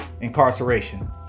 incarceration